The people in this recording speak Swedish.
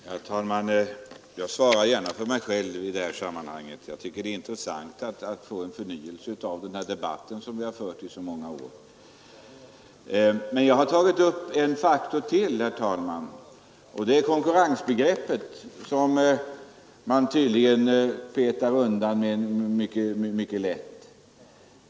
Herr talman! Jag svarar gärna för mig själv i detta sammanhang. Jag tycker att det vore intressant att få en förnyelse av den här debatten, som vi fört i så många år. Men jag har tagit upp ytterligare en faktor, herr talman, nämligen konkurrensbegreppet, som man tydligen petar undan på ett lättvindigt sätt.